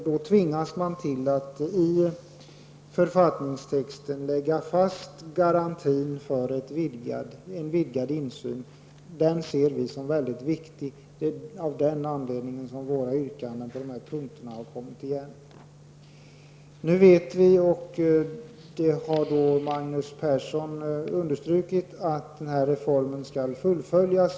Då tvingas man att i författningstexten fastlägga garanti för en vidgad insyn. Enligt vår åsikt är detta mycket viktigt, och det är av den anledningen som våra yrkanden på dessa punkter förnyas. Nu vet vi, vilket Magnus Persson har understrukit, att reformen skall fullföljas.